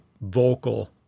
vocal